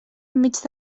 enmig